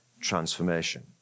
transformation